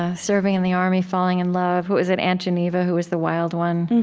ah serving in the army, falling in love. who was it aunt geneva who was the wild one,